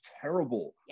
terrible